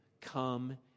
come